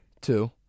Two